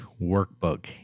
workbook